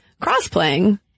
cross-playing